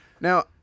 Now